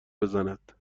بزند